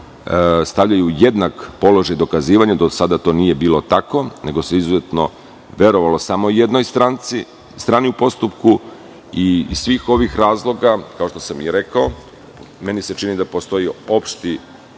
stavljaju u jednak položaj dokazivanja. Do sada to nije bilo tako, nego se izuzetno verovalo samo jednoj strani u postupku i iz svih ovih razloga, kao što sam i rekao, meni se čini da postoji opšte